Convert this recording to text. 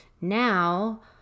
Now